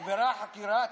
נגמרה החקירה?